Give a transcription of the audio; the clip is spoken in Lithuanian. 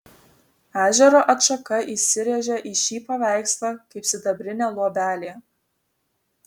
ežero atšaka įsirėžė į šį paveikslą kaip sidabrinė luobelė